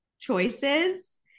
choices